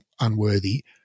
unworthy